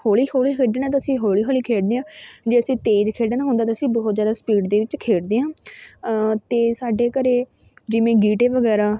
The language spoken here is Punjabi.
ਹੌਲੀ ਹੌਲੀ ਖੇਡਣਾ ਤਾਂ ਅਸੀਂ ਹੌਲੀ ਹੌਲੀ ਖੇਡਦੇ ਹਾਂ ਜੇ ਅਸੀਂ ਤੇਜ਼ ਖੇਡਣਾ ਹੁੰਦਾ ਤਾਂ ਅਸੀਂ ਬਹੁਤ ਜ਼ਿਆਦਾ ਸਪੀਡ ਦੇ ਵਿੱਚ ਖੇਡਦੇ ਹਾਂ ਅਤੇ ਸਾਡੇ ਘਰ ਜਿਵੇਂ ਗੀਟੇ ਵਗੈਰਾ